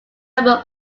number